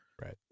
Right